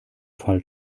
fall